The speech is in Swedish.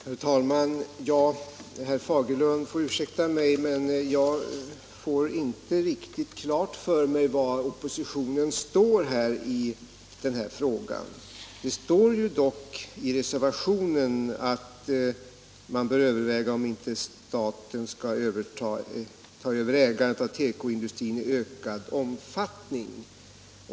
Herr talman! Herr Fagerlund får ursäkta mig, men jag får inte riktigt klart för mig var oppositionen står i denna fråga. Det står dock i reservationen att man bör överväga om inte staten skall ta över ägandet av tekoindustrin i ökad omfattning.